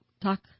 talk